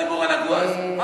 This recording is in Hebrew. מה זה הדיבור הנגוע הזה?